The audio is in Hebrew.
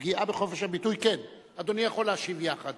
פגיעה בחופש הביטוי, כן, אדוני יכול להשיב יחד.